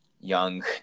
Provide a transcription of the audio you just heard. young